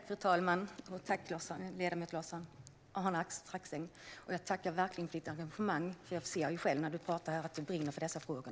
Fru talman! Jag vill verkligen tacka för ledamoten Lars-Arne Staxängs engagemang, för jag ser ju själv när han talar här att han brinner för dessa frågor.